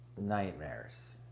nightmares